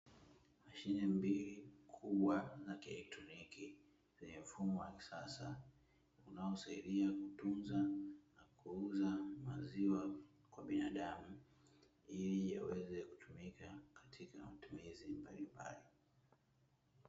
Mashine mbili kubwa za kielektroniki zenye mfumo wa kisasa unaosaidia kutunza na kuuza maziwa kwa binadamu ili yaweze kutumika katika matumizi mbalimbali.